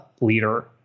leader